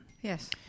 Yes